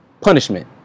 punishment